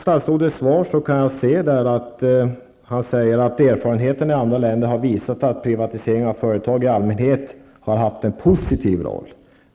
Statsrådet säger i svaret att erfarenheten i andra länder har visat att privatisering av företag i allmänhet spelat en positiv roll.